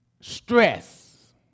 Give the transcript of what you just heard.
Stress